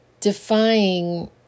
Defying